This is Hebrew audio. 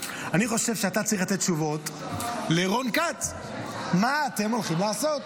אני חושב שאתה צריך לתת תשובות לרון כץ מה אתם הולכים לעשות.